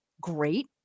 Great